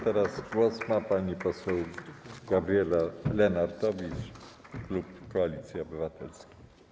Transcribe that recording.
Teraz głos ma pani poseł Gabriela Lenartowicz, klub Koalicji Obywatelskiej.